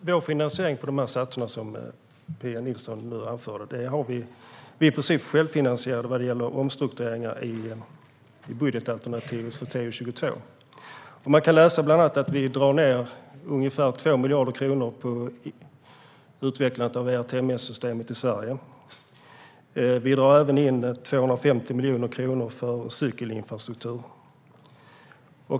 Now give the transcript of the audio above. Herr talman! Vad gäller satsningarna som Pia Nilsson anförde är vi i princip självfinansierade vad gäller omstruktureringar i budgetalternativet för utgiftsområde 22. Man kan bland annat läsa att vi drar ned med ungefär 2 miljarder på utvecklandet av ERTMS-systemet i Sverige. Vi drar även in 250 miljoner kronor för cykelinfrastruktur.